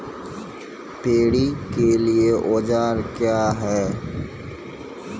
Paddy के लिए औजार क्या हैं?